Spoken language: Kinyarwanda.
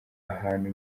ahantu